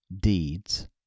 deeds